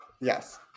yes